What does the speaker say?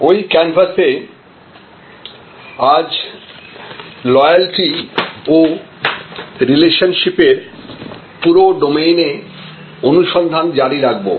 ওই ক্যানভাসে আজ লয়ালটি ও রিলেশনশিপের পুরো ডোমেইনে অনুসন্ধান জারি রাখবো